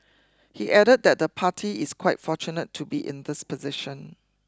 he added that the party is quite fortunate to be in this position